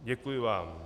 Děkuji vám.